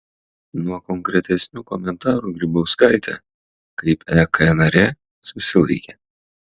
nuo konkretesnių komentarų grybauskaitė kaip ek narė susilaikė